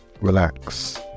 relax